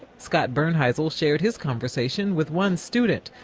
scott burnheifel shared his conversation with one student.